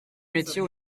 metiers